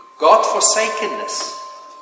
God-forsakenness